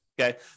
okay